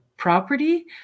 property